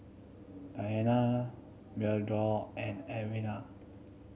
Diana Meadow and Edwina